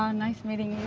um nice meeting